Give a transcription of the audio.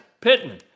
Pittman